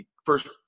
First